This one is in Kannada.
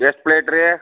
ಎಷ್ಟು ಪ್ಲೇಟ್ ರೀ